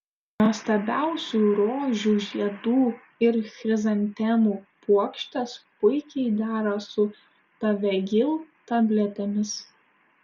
nuostabiausių rožių žiedų ir chrizantemų puokštės puikiai dera su tavegyl tabletėmis